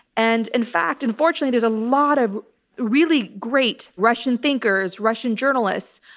and in fact, unfortunately there's a lot of really great russian thinkers, russian journalists,